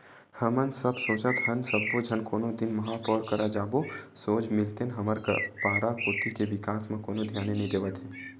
हमन सब सोचत हन सब्बो झन कोनो दिन महापौर करा जाके सोझ मिलतेन हमर पारा कोती के बिकास म कोनो धियाने नइ देवत हे